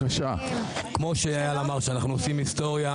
כמו שאייל אמר שאנחנו עושים היסטוריה,